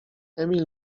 emil